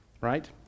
right